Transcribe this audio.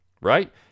Right